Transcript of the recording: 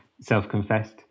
self-confessed